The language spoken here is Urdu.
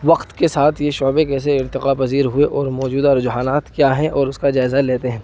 وقت کے ساتھ یہ شعبے کیسے ارتقا پذیر ہوئے اور موجودہ رجحانات کیا ہیں اور اس کا جائزہ لیتے ہیں